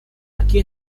aquí